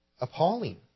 appalling